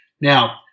now